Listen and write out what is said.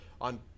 on